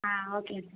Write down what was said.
ஆ okay